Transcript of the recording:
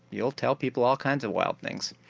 you'll tell people all kinds of wild things.